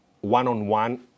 one-on-one